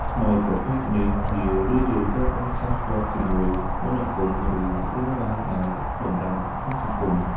ខ្មោចប្រភេទនេះជារឿយៗត្រូវបានផ្សារភ្ជាប់ជាមួយ មន្តអាគម ឬរឿងរ៉ាវដែលបម្រាមក្នុងសង្គម។